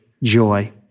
Joy